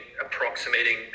approximating